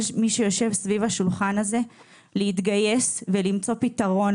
מי שיושב סביב השולחן הזה להתגייס ולמצוא פתרון.